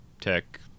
tech